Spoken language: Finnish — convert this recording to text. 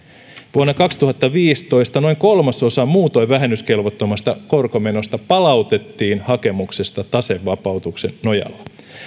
vuonna kaksituhattaviisitoista noin kolmasosa muutoin vähennyskelvottomasta korkomenosta palautettiin hakemuksesta tasevapautuksen nojalla